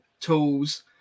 tools